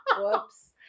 Whoops